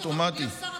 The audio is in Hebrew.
אדוני השר.